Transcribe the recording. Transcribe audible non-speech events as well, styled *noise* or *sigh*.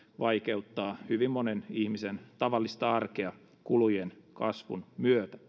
vaikeuttaa hyvin monen ihmisen tavallista arkea kulujen kasvun myötä *unintelligible*